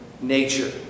nature